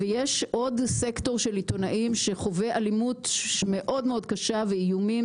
ויש עוד סקטור של עיתונאים שחווה אלימות מאוד קשה ואיומים,